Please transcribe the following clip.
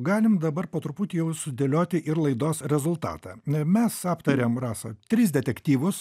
galim dabar po truputį jau sudėlioti ir laidos rezultatą mes aptarėm rasa tris detektyvus